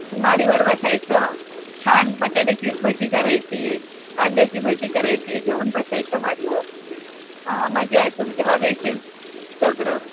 माडीवर बसायचं छान बटाटयाची भजी करायची कांद्याची भजी करायची घेऊन बसायचं माडीवर हां मजा आहे तुमची हवेशीर जगणं